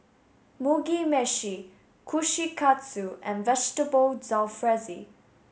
Mugi Meshi Kushikatsu and Vegetable Jalfrezi